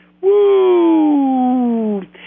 Woo